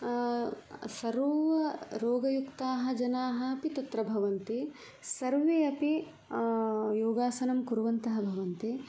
सर्वरोगयुक्ताः जनाः अपि तत्र भवन्ति सर्वे अपि योगासनं कुर्वन्तः भवन्ति